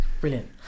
Brilliant